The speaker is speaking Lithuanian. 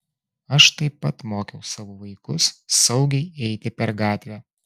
aš taip pat mokiau savo vaikus saugiai eiti per gatvę